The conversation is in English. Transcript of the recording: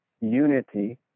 unity